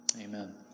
Amen